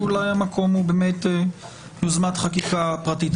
ואולי המקום הוא באמת יוזמת חקיקה פרטית.